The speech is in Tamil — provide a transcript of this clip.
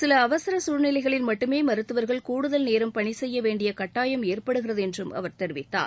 சில அவசர சசூழ்நிலைகளில் மட்டுமே மருத்துவர்கள் கூடுதல் நேரம் பணி செய்ய வேண்டிய கட்டாயம் ஏற்படுகிறது என்றும் அவர் தெரிவித்தார்